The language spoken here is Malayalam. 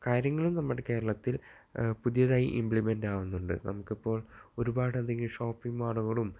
കാര്യങ്ങളും നമ്മുടെ കേരളത്തിൽ പുതിയതായി ഇമ്പ്ലിമെൻ്റ് ആവുന്നുണ്ട് നമുക്ക് ഇപ്പോൾ ഒരുപാട് അധികം ഷോപ്പിംഗ് മാളുകളും